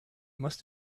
must